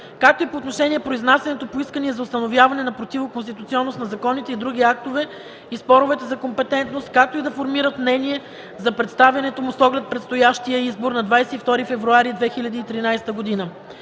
както и по отношение произнасянето по искания за установяване на противоконституционност на законите и други актове и споровете за компетентност, както и да формират мнение за представянето му с оглед предстоящия избор на 22 февруари 2013 г.